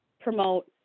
promote